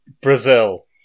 Brazil